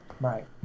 right